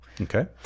Okay